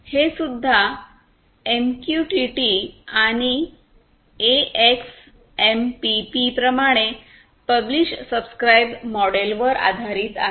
हेसुद्धा एमक्यूटीटी आणि एक्सएमपीपी प्रमाणे पब्लिष सबस्क्राईब मॉडेलवर आधारित आहे